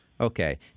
okay